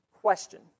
Question